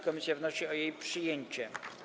Komisja wnosi o jej przyjęcie.